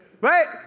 Right